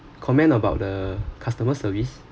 comment about the customer service